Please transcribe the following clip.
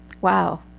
Wow